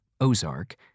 Ozark